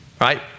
right